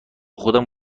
خودم